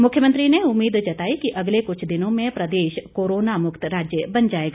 मुख्यमंत्री ने उम्मीद जताई कि अगले कुछ दिनों में प्रदेश कोरोना मुक्त राज्य बन जाएगा